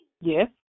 Yes